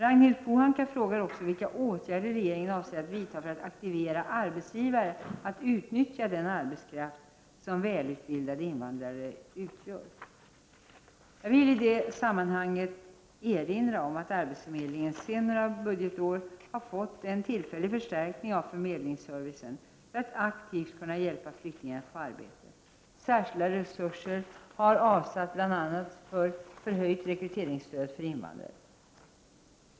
Ragnhild Pohanka frågar också vilka åtgärder regeringen avser att vidta för att aktivera arbetsgivare att utnyttja den arbetskraft som välutbildade invandrare utgör. Jag vill i det sammanhanget erinra om att arbetsförmedlingen sedan några budgetår har fått en tillfällig förstärkning av förmedlingsservicen för att aktivt kunna hjälpa flyktingar att få arbete. Särskilda resurser har avsatts bl.a. för förhöjt rekryteringsstöd för invandrare.